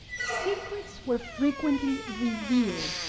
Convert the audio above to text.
secrets were frequently revealed.